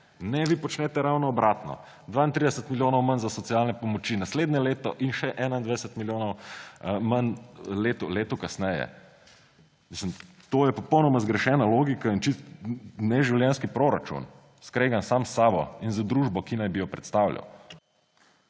Vi počnete ravno obratno, 32 milijonov manj za socialne pomoči naslednje leto in še 21 milijonov manj v letu kasneje. To je popolnoma zgrešena logika in čisto neživljenjski proračun, skregan sam s sabo in z družbo, ki naj bi jo predstavljal.